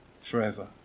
forever